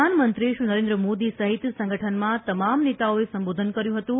પ્રધાનમંત્રી શ્રી નરેન્દ્ર મોદી સહિત સંગઠનમાં તમામ નેતાઓએ સંબોધન કર્યું હતું